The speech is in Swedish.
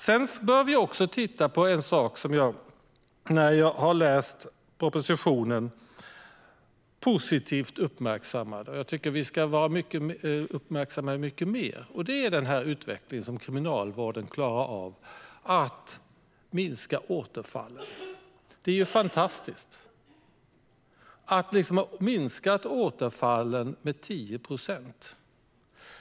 Sedan är det en positiv sak som jag tycker att vi ska uppmärksamma mycket mer, och det är utvecklingen inom Kriminalvården. Man har klarat av att minska återfallen. Det är ju fantastiskt att man har lyckats att minska återfallen med 10 procent.